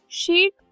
sheet